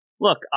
Look